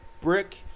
brick